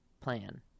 plan